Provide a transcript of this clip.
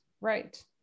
right